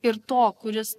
ir to kuris